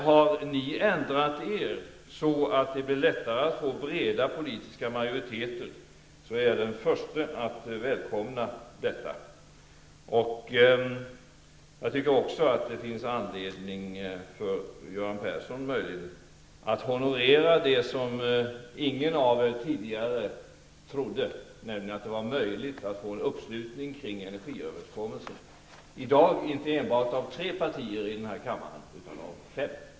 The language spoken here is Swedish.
Har ni ändrat er så att det blir lättare att nå breda politiska majoriteter, är jag den förste att välkomna detta. Jag tycker också att det finns anledning för Göran Persson att honorera det ingen av er tidigare trodde, nämligen att det var möjligt att få en uppslutning kring energiöverenskommelsen, i dag inte enbart av tre partier utan fem partier i denna kammare.